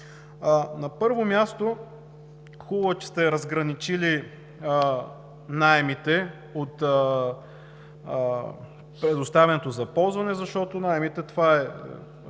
На първо място, хубаво е, че сте разграничили наемите от предоставянето за ползване, защото наемите това е